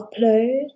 upload